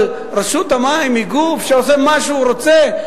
אבל רשות המים היא גוף שעושה מה שהוא רוצה?